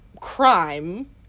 crime